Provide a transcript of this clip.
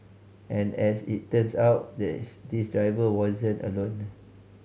and as it turns out this driver wasn't alone